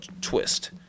Twist